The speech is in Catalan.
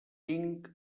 tinc